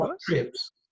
trips